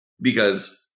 Because-